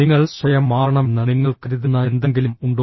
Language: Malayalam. നിങ്ങൾ സ്വയം മാറണമെന്ന് നിങ്ങൾ കരുതുന്ന എന്തെങ്കിലും ഉണ്ടോ